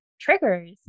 triggers